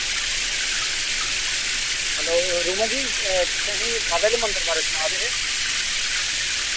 hello Roma ji तुसैं मिगी बावे आह्ले मंदर बारे सना दे हे